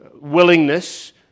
willingness